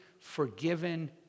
forgiven